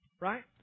right